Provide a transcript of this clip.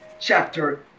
chapter